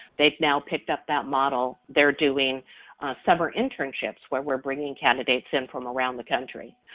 they've now picked up that model. they're doing summer internships where we're bringing candidates in from around the country